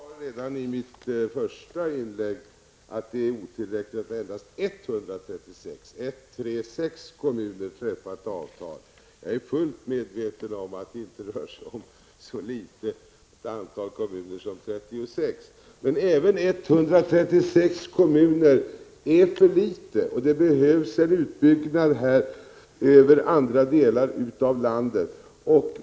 Herr talman! Jag sade redan i mitt första inlägg att det är otillräckligt att endast 136 kommuner har träffat avtal. Jag är fullt medveten om att det inte rör sig om så litet antal som 36. Men även 136 kommuner är för litet, och det behövs en utbyggnad över andra delar av landet.